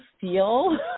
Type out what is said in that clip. feel